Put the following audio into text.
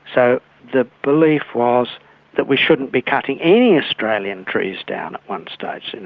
so the belief was that we shouldn't be cutting any australian trees down at one stage. and